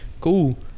Cool